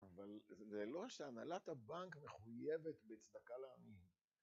זה לא שהנהלת הבנק מחויבת בצדקה לעניים.